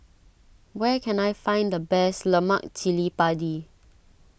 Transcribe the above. where can I find the best Lemak Cili Padi